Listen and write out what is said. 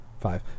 five